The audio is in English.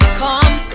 come